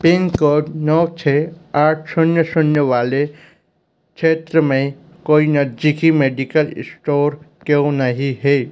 pin code नौ छ आठ शून्य शून्य वाले क्षेत्र में कोई नजदीकी मेडिकल स्टोर क्यों नहीं है